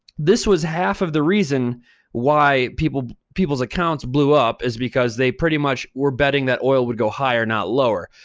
this was half of the reason why people's people's accounts blew up, is because they pretty much were betting that oil would go higher, not lower.